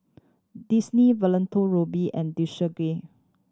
Disney Valentino Rudy and Desigual